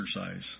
exercise